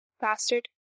Bastard